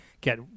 get